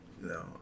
No